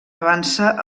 avança